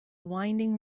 winding